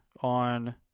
on